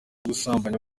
gusambanya